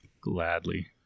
Gladly